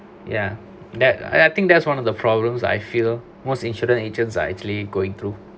ya that I I think that's one of the problems I feel most insurance agents are actually going through